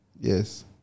Yes